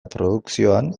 produkzioan